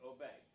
Obey